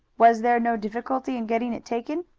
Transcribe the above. was there no difficulty in getting it taken?